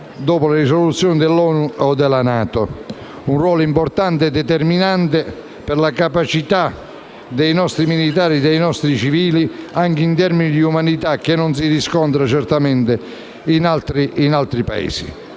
dopo le risoluzioni dell'ONU o della NATO. Si tratta di un ruolo importante e determinante, per la capacità dei nostri militari e dei nostri civili anche in termini di umanità, che non si riscontra certamente in altri Paesi.